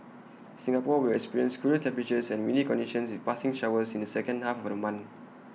Singapore will experience cooler temperatures and windy conditions with passing showers in the second half of the month